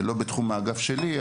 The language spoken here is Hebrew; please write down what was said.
הוא לא בתחום האגף שלי,